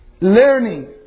learning